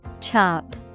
chop